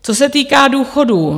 Co se týká důchodů.